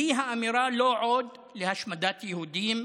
והיא האמירה: לא עוד להשמדת יהודים,